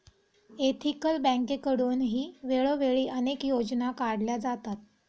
ethical बँकेकडूनही वेळोवेळी अनेक योजना काढल्या जातात